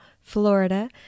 Florida